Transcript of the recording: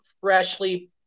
freshly